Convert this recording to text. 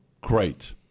Great